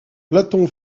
platon